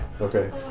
Okay